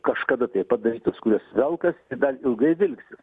kažkada padarytos kurios velkasi ir dar ilgai vilksis